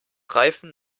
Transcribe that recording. reifen